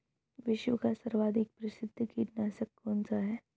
विश्व का सर्वाधिक प्रसिद्ध कीटनाशक कौन सा है?